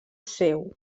seu